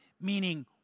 meaning